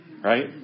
Right